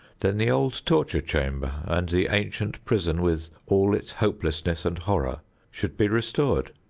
then the old torture chamber and the ancient prison with all its hopelessness and horror should be restored.